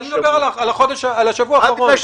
אני מדבר על השבוע האחרון.